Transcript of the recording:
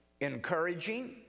encouraging